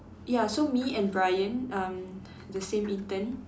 ya so me and Bryan um the same intern